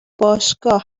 باشگاه